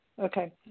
Okay